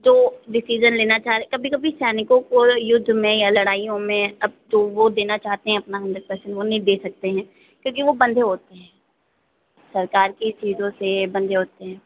जो डिसीजन लेना चाह रहे कभी कभी सैनिकों को युद्ध में या लड़ाइयों में अब तो वो देना चाहते हैं अपना हन्ड्रेड पर्सेंट वो नहीं दे सकते हैं क्योंकि वो बँधे होते हैं सरकार की चीज़ों से बँधे होते हैं